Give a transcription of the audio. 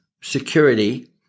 security